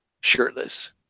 shirtless